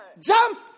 Jump